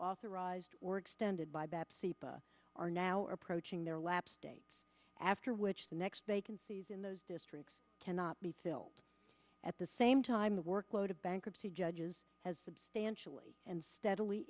authorized or extended by babs are now approaching their lapse date after which the next vacancies in those districts cannot be filled at the same time the workload of bankruptcy judges has substantially and steadily